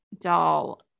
doll